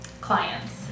clients